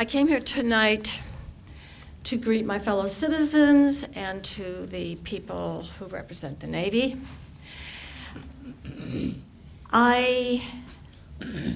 i came here tonight to greet my fellow citizens and to the people who represent the navy i